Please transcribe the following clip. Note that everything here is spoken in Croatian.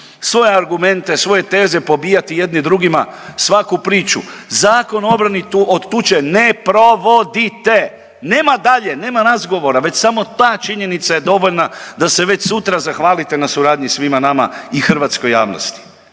svoje argumente, svoje teze, pobijati jedni drugima svaku priču Zakon o obrani od tuče ne provodite, nema dalje, nema razgovora već samo ta činjenica je dovoljna da se već sutra zahvalite na suradnji svima nama i hrvatskoj javnosti.